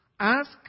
Ask